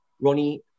Ronnie